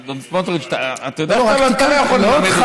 אדון סמוטריץ, אתה יודע שאתה לא יכול ללמד אותי